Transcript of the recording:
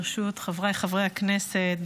ברשות חבריי חברי הכנסת,